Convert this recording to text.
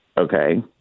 Okay